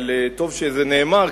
אבל טוב שזה נאמר,